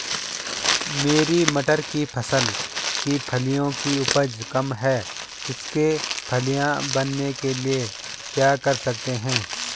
मेरी मटर की फसल की फलियों की उपज कम है इसके फलियां बनने के लिए क्या कर सकते हैं?